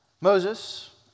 Moses